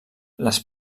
les